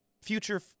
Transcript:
future